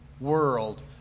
world